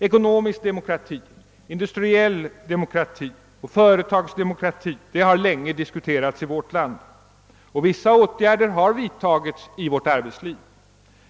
Ekonomisk demokrati, industriell demokrati och företagsdemokrati har länge diskuterats i vårt land. Vissa åtgärder har vidtagits i vårt arbetsliv.